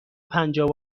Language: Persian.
پنجاه